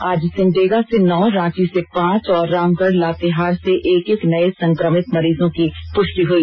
आज सिमडेगा से नौ रांची से पांच और रामगढ़ लातेहार से एक एक नये संक्रमित मरीजों की पुष्टि हई